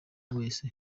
wese